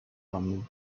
romney